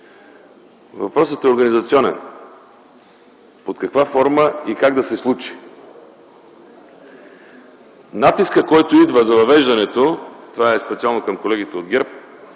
Въпросът е организационен: под каква форма и как да се случи? Натискът, който идва за въвеждането – това е специално към колегите от ГЕРБ,